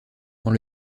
dans